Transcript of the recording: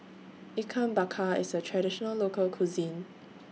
Ikan Bakar IS A Traditional Local Cuisine